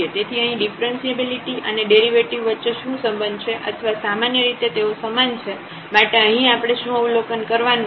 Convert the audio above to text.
તેથી અહીં ડીફરન્સીએબિલિટી અને ડેરિવેટિવ વચ્ચે શું સંબંધ છે અથવા સામાન્યરીતે તેઓ સમાન છે માટે અહીં આપણે શું અવલોકન કરવાનું છે